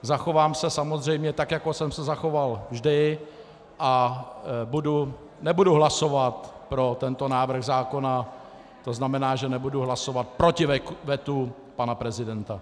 Zachovám se samozřejmě tak, jako jsem se zachoval vždy, a nebudu hlasovat pro tento návrh zákona, to znamená, že nebudu hlasovat proti vetu pana prezidenta.